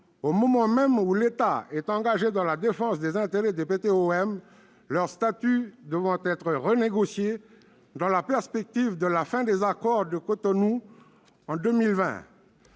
au moment même où l'État est engagé dans la défense des intérêts des PTOM, leurs statuts devant être renégociés dans la perspective de la fin des accords de Cotonou en 2020.